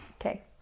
Okay